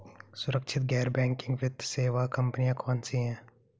सुरक्षित गैर बैंकिंग वित्त सेवा कंपनियां कौनसी हैं?